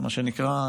מה שנקרא,